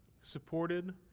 supported